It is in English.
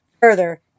Further